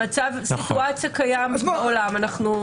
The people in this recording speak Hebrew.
במצב הקיים --- נכון,